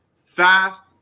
fast